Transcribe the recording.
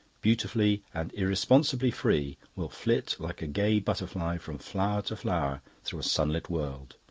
beautifully and irresponsibly free, will flit like a gay butterfly from flower to flower through a sunlit world.